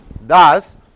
Thus